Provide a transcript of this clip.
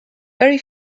very